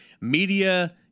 Media